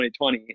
2020